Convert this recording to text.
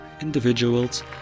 individuals